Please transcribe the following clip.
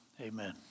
Amen